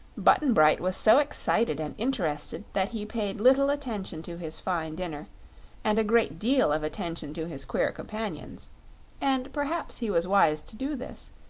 button-bright was so excited and interested that he paid little attention to his fine dinner and a great deal of attention to his queer companions and perhaps he was wise to do this,